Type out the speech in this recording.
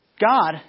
God